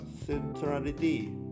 centrality